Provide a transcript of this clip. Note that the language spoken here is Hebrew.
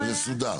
אבל זה סודר.